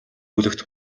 бүлэгт